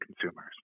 consumers